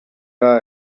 are